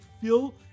feel